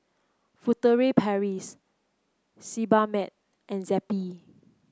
Furtere Paris Sebamed and Zappy